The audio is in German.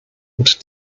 und